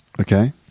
okay